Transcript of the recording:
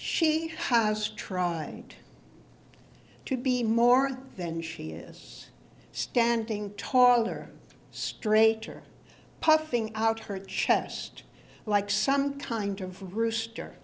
she has tried to be more than she is standing tall or straight or puffing out her chest like some kind of rooster